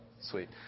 sweet